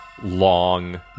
Long